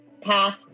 path